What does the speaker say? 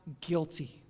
guilty